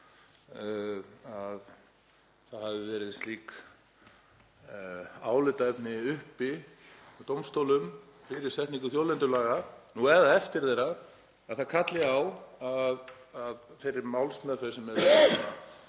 að það hafi verið slík álitaefni uppi hjá dómstólum fyrir setningu þjóðlendulaga, nú eða eftir hana, að það kalli á þá málsmeðferð þar sem er